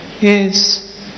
Yes